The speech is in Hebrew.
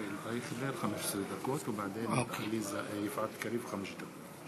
למה רק אשכנזים מתנגדים, אני לא אשכנזי, אתה